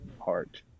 heart